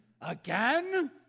Again